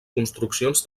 construccions